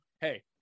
hey